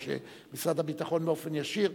או שמשרד הביטחון נותן באופן ישיר,